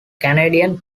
canadian